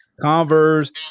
Converse